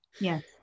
Yes